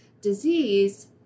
disease